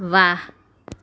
વાહ